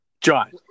john